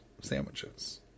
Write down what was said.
sandwiches